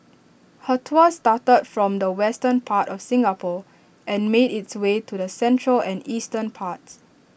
her tour started from the western part of Singapore and made its way to the central and eastern parts